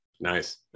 Nice